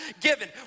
given